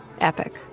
epic